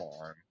on